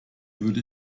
würde